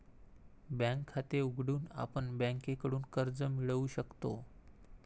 bank खाते उघडून आपण बँकेकडून कर्ज मिळवू शकतो